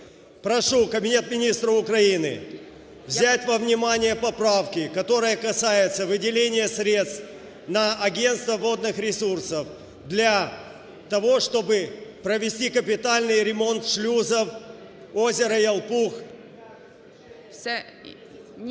Прошу Кабинет Министров Украины взять во внимание поправки, которые касаются выделения средств на Агентство водных ресурсов для того, чтобы провести капитальный ремонт шлюзов, озеро Ялпуг…